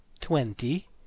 twenty